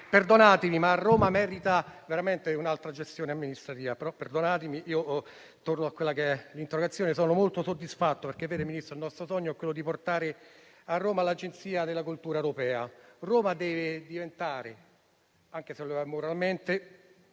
perdonatemi, ma Roma merita veramente un'altra gestione amministrativa. Tornando all'interrogazione, sono molto soddisfatto, perché il nostro sogno è quello di portare a Roma l'Agenzia della cultura europea. Roma deve diventare, anche se lo è moralmente,